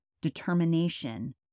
determination